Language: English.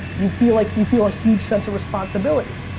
you feel like you feel a huge sense of responsibility?